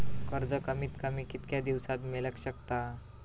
कर्ज कमीत कमी कितक्या दिवसात मेलक शकता?